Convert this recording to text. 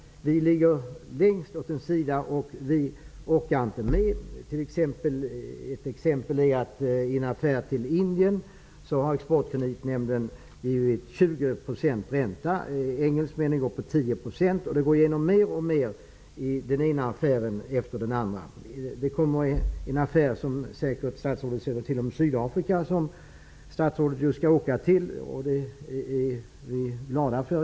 Vi ligger längst ut åt ena sidan. Man orkar inte med det. Ett exempel är att i en affär med Indien har Engelsmännen tar ut 10 %. Detta går igenom mer och mer i den ena affären efter den andra. Det kommer en affär med Sydafrika, som statsrådet säkert känner till. Statsrådet skall ju åka dit, och det är vi i industrin glada för.